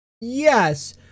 yes